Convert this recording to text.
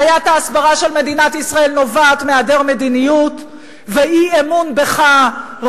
בעיית ההסברה של מדינת ישראל נובעת מהיעדר מדיניות ואי-אמון בך,